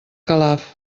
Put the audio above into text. calaf